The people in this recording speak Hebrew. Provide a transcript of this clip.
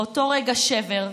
באותו רגע שבר,